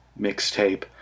mixtape